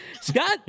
Scott